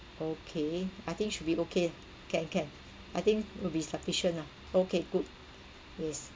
okay I think should be okay can can I think will be sufficient lah okay good yes